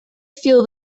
feel